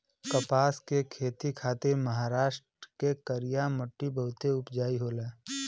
कपास के खेती खातिर महाराष्ट्र के करिया मट्टी बहुते उपजाऊ होला